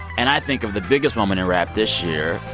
and i think of the biggest woman in rap this year,